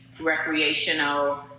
recreational